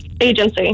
Agency